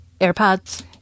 AirPods